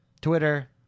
Twitter